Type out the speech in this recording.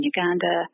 Uganda